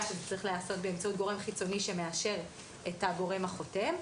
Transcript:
שזה צריך להיעשות באמצעות גורם חיצוני שמאשר את הגורם החותם.